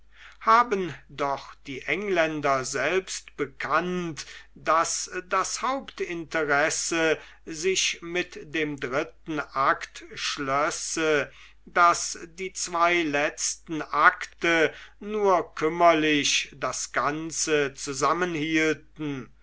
haben doch die engländer selbst bekannt daß das hauptinteresse sich mit dem dritten akt schlösse daß die zwei letzten akte nur kümmerlich das ganze